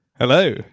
Hello